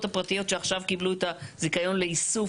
הפרטיות שעכשיו קיבלו את הזיכיון לאיסוף?